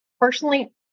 Personally